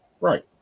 Right